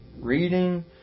reading